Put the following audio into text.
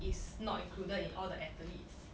is not included in all the athletes